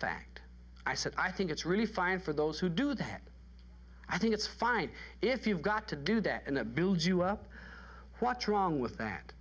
fact i said i think it's really fine for those who do that i think it's fine if you've got to do that in a build you up watch wrong with that